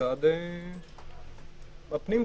נמצא בפנים.